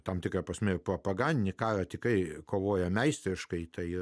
tam tikra prasme propagandinį karą tik kai kovoja meistriškai tai